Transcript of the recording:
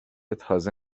تازه